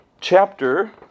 chapter